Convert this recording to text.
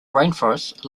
rainforests